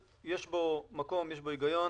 הנוהל, יש בו מקום, יש בו היגיון.